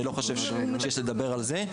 אני לא חושש לדבר על זה.